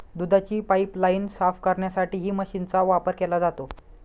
दुधाची पाइपलाइन साफ करण्यासाठीही मशीनचा वापर केला जातो